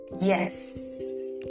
Yes